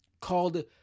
called